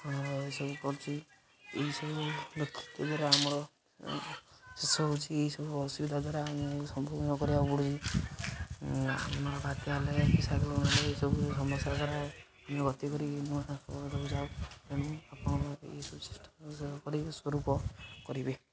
ଏସବୁ କରୁଛି ଏହିସବୁ ଆମର ଶେଷ ହେଉଛି ଏହିସବୁ ଅସୁବିଧା ଦ୍ୱାରା ଆମେ ସମ୍ମୁଖୀନ କରିବାକୁ ପଡ଼ୁଛି ଏସବୁ ସମସ୍ୟା ଦ୍ୱାରା ଆମେ ଗତି କରି ନୂଆ ଯାଉ ତେଣୁ ଆପଣ ଏହିସବୁ ଚେଷ୍ଟା କରି ସ୍ୱରୂପ କରିବେ